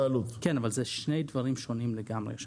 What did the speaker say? כן, אבל אלה שני דברים שונים לגמרי.